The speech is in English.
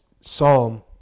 psalm